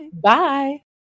Bye